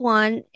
one